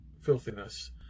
filthiness